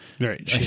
Right